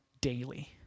daily